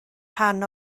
rhan